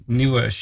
nieuwe